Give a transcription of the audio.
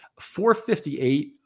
458